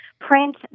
print